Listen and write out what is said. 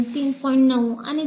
9 आणि 2